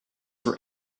for